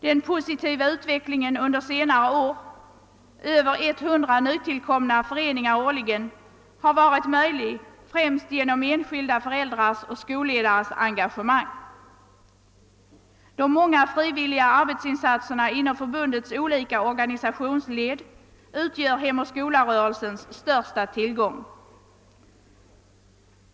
Den positiva utvecklingen under senare år — Över 100 nytillkomna föreningar årligen — har varit möjlig främst genom enskilda föräldrars och skolledares engagemang. De många frivilliga arbetsinsatserna inom förbundets olika organisationsled utgör Hemoch Skola-rörelsens största tillgång.